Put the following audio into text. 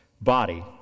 body